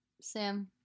Sam